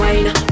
Wine